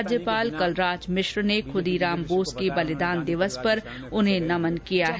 राज्यपाल कलराज मिश्र ने खुदीराम बोस के बलिदान दिवस पर उन्हें नमन किया है